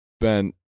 Ben